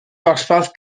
dosbarth